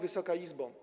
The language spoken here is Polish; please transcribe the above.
Wysoka Izbo!